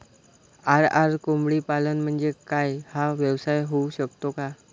RR कोंबडीपालन म्हणजे काय? हा व्यवसाय होऊ शकतो का?